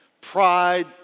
pride